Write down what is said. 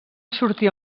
sortir